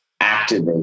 activate